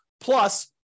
plus